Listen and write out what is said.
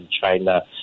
China